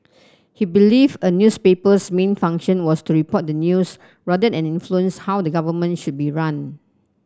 he believed a newspaper's main function was to report the news rather than influence how the government should be run